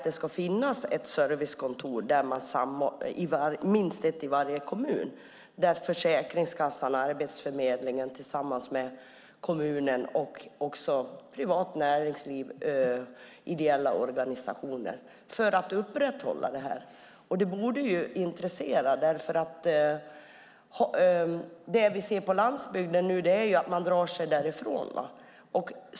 Det ska finnas minst ett servicekontor i varje kommun för Försäkringskassan och Arbetsförmedlingen tillsammans med kommunen och också privat näringsliv och ideella organisationer för att upprätthålla detta. Det borde intressera, för det vi nu ser på landsbygden är att man drar sig därifrån.